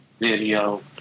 video